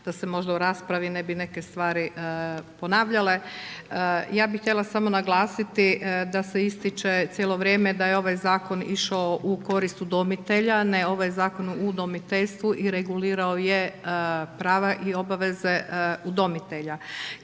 da se možda u raspravi ne bi neke stvari ponavljale. Ja bih htjela samo naglasiti da se ističe cijelo vrijeme da je ovaj zakon išao u korist udomitelja, ne ovaj Zakon o udomiteljstvu i regulirao je prava i obaveze udomitelja.